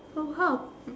so how